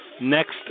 next